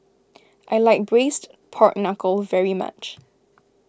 I like Braised Pork Knuckle very much